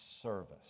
service